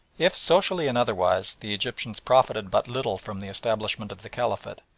if socially and otherwise the egyptians profited but little from the establishment of the caliphate,